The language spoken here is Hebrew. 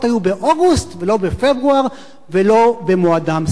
היו באוגוסט ולא בפברואר ולא במועדן.